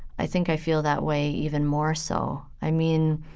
i think i feel that way even more so. i mean,